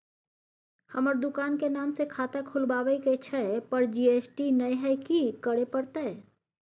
हमर दुकान के नाम से खाता खुलवाबै के छै पर जी.एस.टी नय हय कि करे परतै?